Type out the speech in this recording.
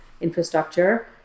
infrastructure